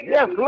Yes